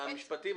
משרד המשפטים,